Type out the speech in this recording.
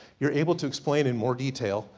you're able to explain in more detail,